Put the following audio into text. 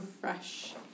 fresh